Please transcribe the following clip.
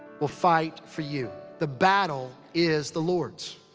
will fight for you. the battle is the lord's.